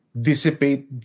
dissipate